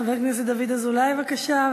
חבר הכנסת דודו אזולאי, בבקשה.